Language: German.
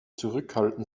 zurückhalten